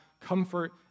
comfort